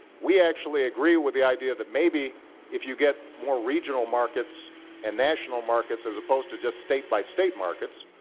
we actually agree with the idea that maybe if you get more regional markets and national markets, as opposed to just state-by-state markets,